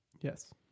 Yes